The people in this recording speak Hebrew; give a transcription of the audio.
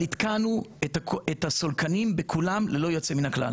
אבל התקנו את הסולקנים בכולם ללא יוצא מן הסתם.